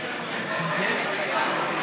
אדוני.